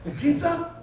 pizza?